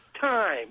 time